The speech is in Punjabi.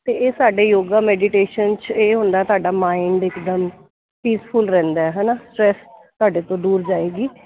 ਅਤੇ ਇਹ ਸਾਡੇ ਯੋਗਾ ਮੈਡੀਟੇਸ਼ਨ 'ਚ ਇਹ ਹੁੰਦਾ ਤੁਹਾਡਾ ਮਾਇੰਡ ਇਕਦਮ ਪੀਸਫੁਲ ਰਹਿੰਦਾ ਹੈ ਨਾ ਸਟਰੈਸ ਤੁਹਾਡੇ ਤੋਂ ਦੂਰ ਜਾਏਗੀ